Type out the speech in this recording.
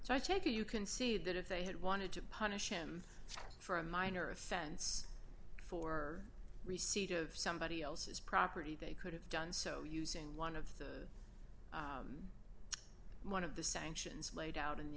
so i take it you can see that if they had wanted to punish him for a minor offense for receipt of somebody else's property they could have done so using one of the one of the sanctions laid out in the